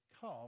come